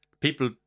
people